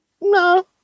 No